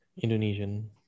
indonesian